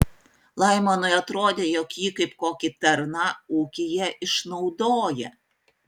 laimonui atrodė jog jį kaip kokį tarną ūkyje išnaudoja